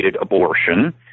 abortion